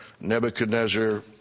Nebuchadnezzar